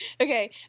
Okay